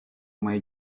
моей